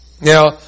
Now